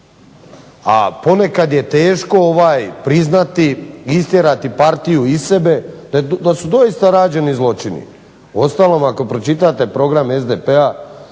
A ponekad je teško priznati i istjerati partiju iz sebe da su doista rađeni zločini. Uostalom ako ste pročitali program SDP-a